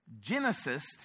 Genesis